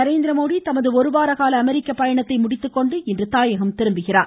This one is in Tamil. நரேந்திர மோடி தமது ஒருவார கால அமெரிக்க பயணத்தை முடித்துக் கொண்டு இன்று தாயகம் திரும்புகிறார்